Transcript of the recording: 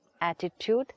Attitude